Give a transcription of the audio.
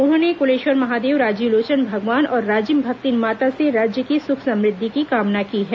उन्होंने कुलेश्वर महादेव राजीव लोचन भगवान और राजिम भक्तिन माता से राज्य की सुख समुद्धि की कामना की है